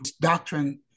doctrine